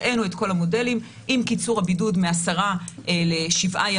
הראינו את כל המודלים עם קיצור הבידוד מעשרה ימים לשבעה,